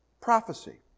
Prophecy